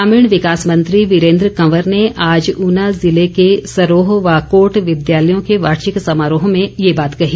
ग्रामीण विकास मंत्री वीरेन्द्र कंवर ने आज ऊना जिले के सरोह व कोट विद्यालयों के वार्षिक समारोह में ये बात कही